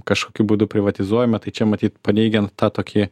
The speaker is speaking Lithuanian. kažkokiu būdu privatizuojama tai čia matyt paneigiant tą tokį